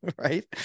Right